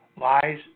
Lies